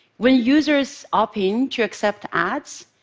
when users opt in to accept ads,